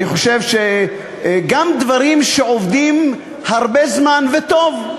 אני חושב שגם דברים שעובדים הרבה זמן, וטוב,